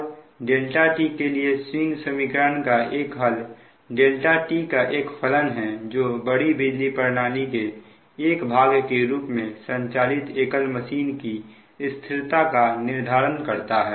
अब δ के लिए स्विंग समीकरण का एक हल δ t का एक फलन है जो बड़ी बिजली प्रणाली के एक भाग के रूप में संचालित एकल मशीन की स्थिरता का निर्धारण करता है